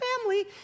family